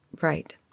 Right